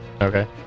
Okay